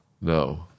no